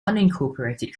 unincorporated